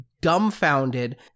dumbfounded